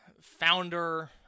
founder